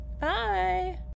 Bye